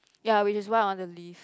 ya which is why I want to leave